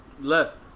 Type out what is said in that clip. left